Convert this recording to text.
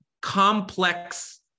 complex